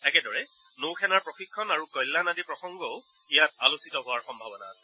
একেদৰে নৌ সেনাৰ প্ৰশিক্ষণ আৰু কল্যাণ আদি প্ৰসংগও ইয়াত আলোচিত হোৱাৰ সম্ভাৱনা আছে